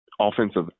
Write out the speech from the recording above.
offensive